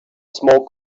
small